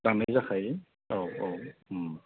दाननाय जायाखै औ औ